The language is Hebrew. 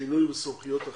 שינוי וסמכויות אכיפה?